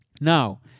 Now